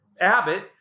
Abbott